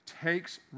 takes